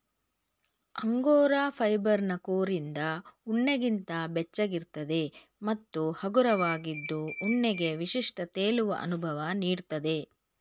angora ಫೈಬರ್ನ ಕೋರಿಂದ ಉಣ್ಣೆಗಿಂತ ಬೆಚ್ಚಗಿರ್ತದೆ ಮತ್ತು ಹಗುರವಾಗಿದ್ದು ಉಣ್ಣೆಗೆ ವಿಶಿಷ್ಟ ತೇಲುವ ಅನುಭವ ನೀಡ್ತದೆ